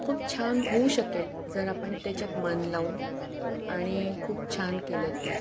खूप छान होऊ शकेल जर आपण त्याच्यात मन लावून आणि खूप छान केलं तर